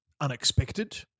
unexpected